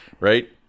right